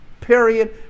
Period